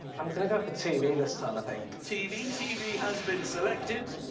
i'm going to go for tv this time, i think. tv? tv has been selected.